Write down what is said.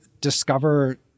discover